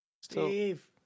Steve